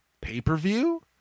pay-per-view